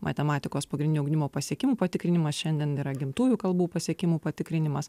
matematikos pagrindinio ugdymo pasiekimų patikrinimas šiandien yra gimtųjų kalbų pasiekimų patikrinimas